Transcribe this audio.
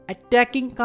Attacking